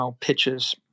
pitches